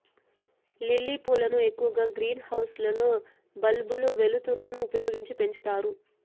lily పూలను ఎక్కువగా green house లలో బల్బుల వెలుతురును ఉపయోగించి పెంచుతారు